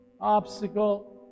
obstacle